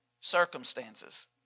circumstances